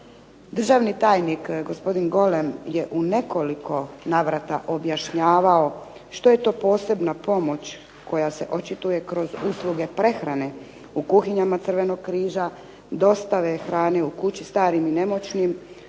Državni tajnik gospodin Golem je u nekoliko navrata objašnjavao što je to posebna pomoć koja se očituje kroz usluge prehrane u kuhinjama Crvenog križa, dostave hrane u kući starim i nemoćnim,